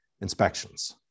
inspections